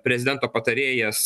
prezidento patarėjas